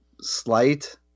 slight